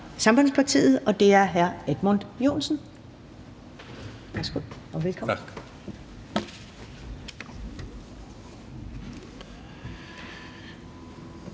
Sambandspartiet, og det er hr. Edmund Joensen.